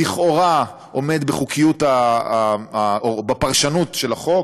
לכאורה עומד בחוקיות או בפרשנות של החוק,